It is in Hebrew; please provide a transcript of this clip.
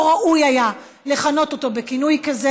לא ראוי היה לכנות אותו בכינוי כזה.